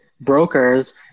brokers